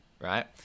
right